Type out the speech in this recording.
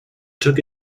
took